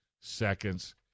seconds